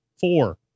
four